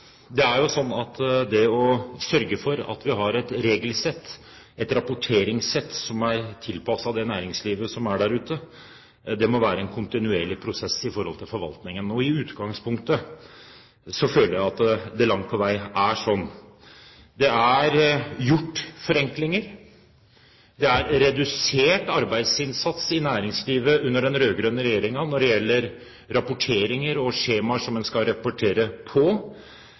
Det er jo slik at det å sørge for at vi har et regelsett, et rapporteringssett som er tilpasset det næringslivet som er der ute, må være en kontinuerlig prosess i forvaltningen. I utgangspunktet føler jeg at det langt på vei er slik. Man har gjort forenklinger, man har redusert arbeidsinnsatsen i næringslivet under den rød-grønne regjeringen når det gjelder rapporteringer, og når det gjelder skjemaer som en skal rapportere på.